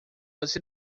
você